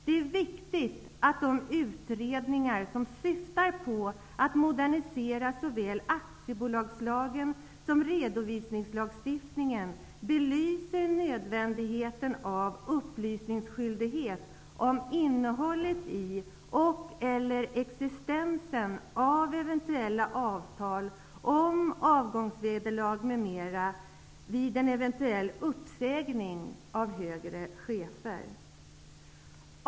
Det är viktigt att de utredningar som syftar till att modernisera såväl aktiebolagslagen som redovisningslagstiftningen belyser nödvändigheten av upplysningsskyldighet om innehållet i och existensen av eventuella avtal om avgångsvederlag m.m. vid en eventuell uppsägning av högre chefer.